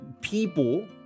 people